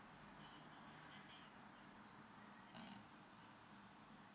mm